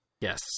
Yes